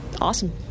awesome